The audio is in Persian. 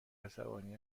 عصبانی